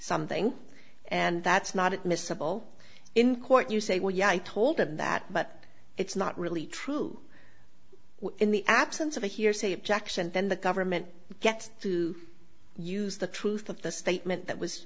something and that's not admissible in court you say well yeah i told them that but it's not really true in the absence of a hearsay objection then the government gets to use the truth of the statement that was